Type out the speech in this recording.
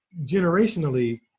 generationally